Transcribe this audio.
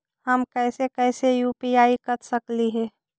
हम कैसे कैसे यु.पी.आई कर सकली हे?